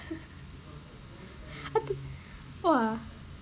how to !wah!